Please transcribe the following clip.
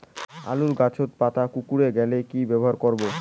আলুর গাছের পাতা কুকরে গেলে কি ব্যবহার করব?